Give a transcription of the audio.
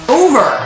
over